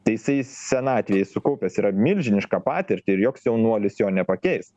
tai jisai senatvėj sukaupęs yra milžinišką patirtį ir joks jaunuolis jo nepakeis